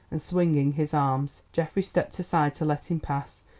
and swinging his arms. geoffrey stepped aside to let him pass,